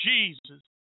Jesus